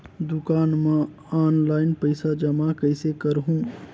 दुकान म ऑनलाइन पइसा जमा कइसे करहु?